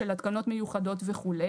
של התקנות מיוחדות וכו'.